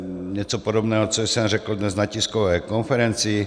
Něco podobného, co jsem řekl dnes na tiskové konferenci.